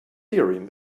theorem